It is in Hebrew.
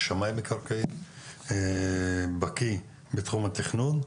הוא שמאי מקרקעין והוא בקיא בתחום התכנון,